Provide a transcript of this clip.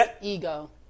Ego